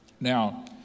Now